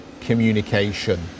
communication